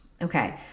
okay